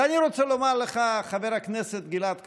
ואני רוצה לומר לך, חבר הכנסת גלעד קריב,